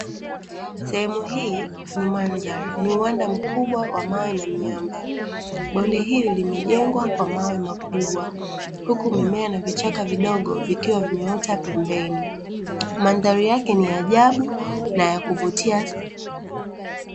Sehemu hii ni mandhari, ni uwanda mkubwa wa mawe na miamba. Bonde hili limejengwa kwa mawe makubwa, huku mimea na vichaka vidogo vikiwa vimeota pembeni. Mandhari yake ni ya ajabu na ya kuvutia.